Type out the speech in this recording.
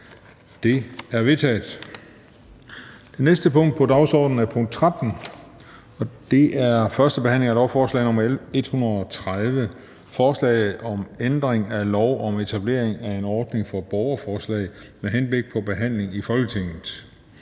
Det er vedtaget. --- Det næste punkt på dagsordenen er: 13) 1. behandling af lovforslag nr. L 130: Forslag til lov om ændring af lov om etablering af en ordning for borgerforslag med henblik på behandling i Folketinget.